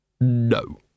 No